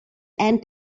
and